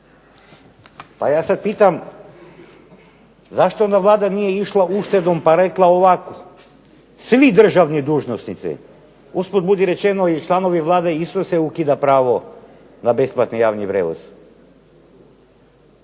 Pa ja sad pitam zašto onda Vlada nije išla uštedom, pa rekla ovako. Svi državni dužnosnici, usput budi rečeno i članovima Vlade isto se ukida pravo na besplatni javni prijevoz.